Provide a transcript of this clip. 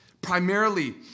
Primarily